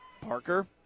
Parker